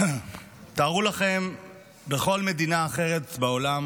תארו לכם איך בכל מדינה אחרת בעולם